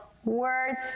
words